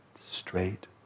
straight